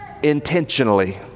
intentionally